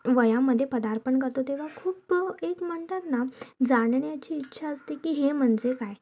वयामध्ये पदार्पण करतो तेव्हा खूप एक म्हणतात ना जाणण्याची इच्छा असते की हे म्हणजे काय